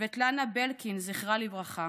סבטלנה בלקין, זכרה לברכה,